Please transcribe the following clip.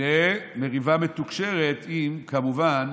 ומריבה מתוקשרת עם שרת החינוך, כמובן,